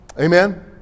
Amen